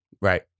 Right